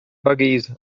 buggies